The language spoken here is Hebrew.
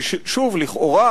ששוב לכאורה,